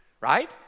Right